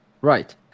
Right